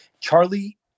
Charlie